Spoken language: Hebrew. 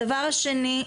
הדבר השני,